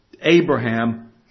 Abraham